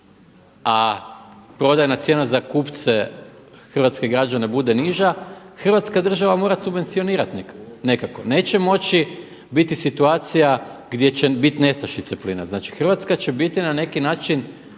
a prodajna cijena za kupce, hrvatske građane bude niža Hrvatska država morati subvencionirati nekako. Neće moći biti situacija gdje će bit nestašice plina. Znači Hrvatska će biti na neki način